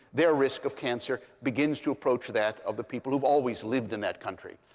their risk of cancer begins to approach that of the people who've always lived in that country.